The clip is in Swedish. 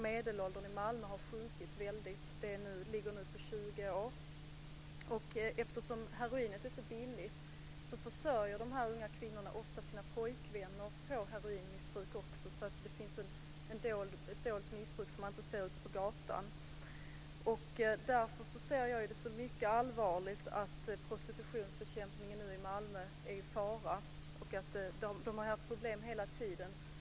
Medelåldern i Malmö har sjunkit och ligger nu på 20 år. Eftersom heroinet är så billigt försörjer de här unga kvinnorna ofta sina pojkvänners heroinmissbruk också. Det finns alltså ett dolt missbruk som man inte ser ute på gatan. Därför ser jag det som mycket allvarligt att prostitutionsbekämpningen i Malmö nu är i fara. De har haft problem hela tiden.